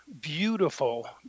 beautiful